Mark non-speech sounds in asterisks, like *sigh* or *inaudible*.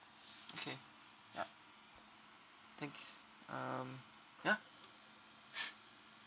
okay yup thanks um ya *laughs*